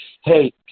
hey